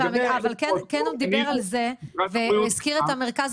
אבל הוא כן דיבר על זה והזכיר את מרכז